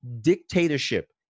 dictatorship